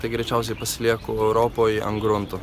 tai greičiausiai pasilieku europoj ant grunto